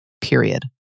period